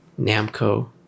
namco